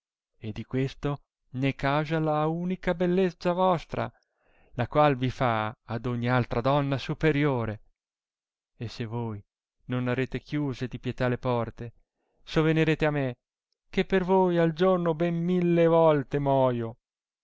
e di questo n è causa la unica bellezza vostra la qual vi fa ad ogni altra donna superiore e se a'oì non arrete chiuse di pietà le porte sovenerete a me che per voi al giorno ben mille volte moio